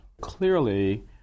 Clearly